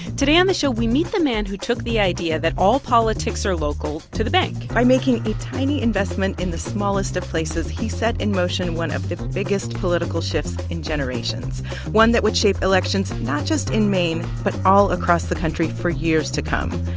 today on the show, we meet the man who took the idea that all politics are local to the bank by making a tiny investment in the smallest of places, he set in motion one of the biggest political shifts in generations one that would shape elections not just in maine but all across the country for years to come,